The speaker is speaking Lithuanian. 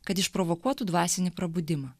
kad išprovokuotų dvasinį prabudimą